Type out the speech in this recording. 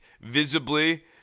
visibly